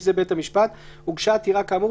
זה בית המשפט); הוגשה עתירה כאמור,